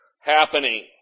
happening